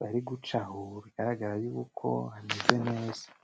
bari gucaho bigaragara yuko uko hameze neza.